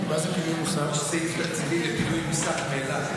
יש סעיף תקציבי לפינוי מוסק מאילת.